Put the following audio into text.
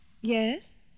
Yes